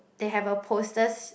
they have a posters